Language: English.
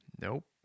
Nope